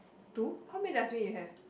two how many dustbin you have